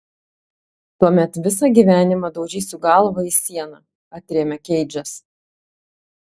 tuomet visą gyvenimą daužysiu galvą į sieną atrėmė keidžas